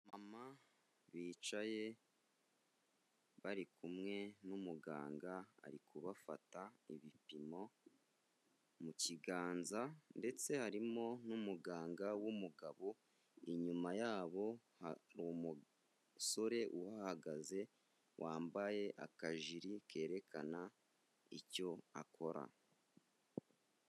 Abamama bicaye bari kumwe n'umuganga ari kubafata ibipimo mu kiganza ndetse harimo n'umuganga w'umugabo, inyuma yabo hari umusore uhahagaze wambaye akajiri kerekana icyo akora.